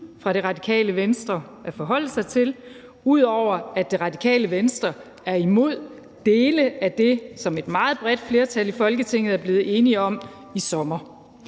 fra Det Radikale Venstre at forholde sig til, ud over at Det Radikale Venstre er imod dele af det, som et meget bredt flertal i Folketinget er blevet enige om i sommer.